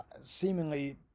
seemingly